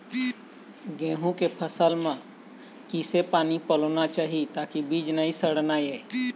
गेहूं के फसल म किसे पानी पलोना चाही ताकि बीज नई सड़ना ये?